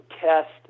test